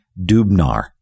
Dubnar